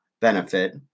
benefit